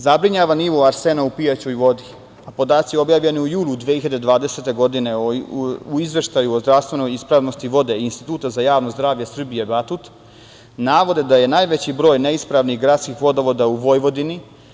Zabrinjava nivo arsena u pijaćoj vodi, a podaci objavljeni u julu 2020. godine u Izveštaju o zdravstvenoj ispravnosti vode Instituta za javno zdravlje Srbije "Batut" navode da je najveći broj neispravnih gradskih vodovoda u Vojvodini.